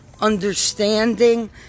understanding